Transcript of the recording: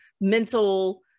mental